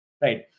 Right